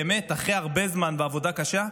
באמת אחרי הרבה זמן ועבודה קשה,